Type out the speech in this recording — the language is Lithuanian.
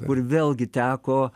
kur vėlgi teko